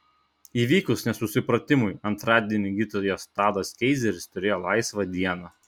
įvykus nesusipratimui antradienį gydytojas tadas keizeris turėjo laisvą dieną